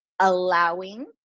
allowing